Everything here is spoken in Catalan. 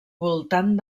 voltant